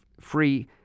free